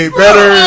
better